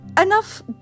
enough